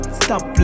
stop